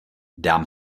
dám